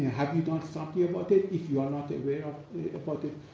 have you done something about it? if you are not aware about it,